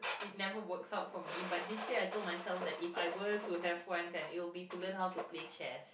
it never works out for me but this year I told myself that if I were to have one kind it will be to learn how to play chess